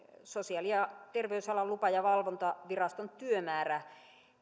sosiaali ja terveysalan lupa ja valvontaviraston työmäärä